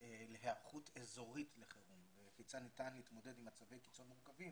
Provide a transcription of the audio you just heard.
להיערכות אזורית לחירום וכיצד ניתן להתמודד עם מצבי קיצון מורכבים